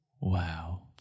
Wow